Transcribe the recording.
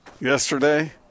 yesterday